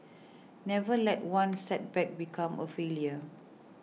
never let one setback become a failure